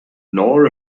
nor